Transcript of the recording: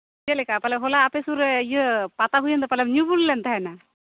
ᱪᱮᱫᱞᱮᱠᱟ ᱯᱟᱞᱮ ᱦᱚᱞᱟ ᱟᱯᱮ ᱥᱩᱨ ᱨᱮ ᱤᱭᱟᱹ ᱯᱟᱛᱟ ᱦᱩᱭᱮᱱ ᱫᱚ ᱯᱟᱞᱮᱢ ᱧᱩ ᱵᱩᱞ ᱞᱮ ᱛᱟᱦᱮᱱᱟ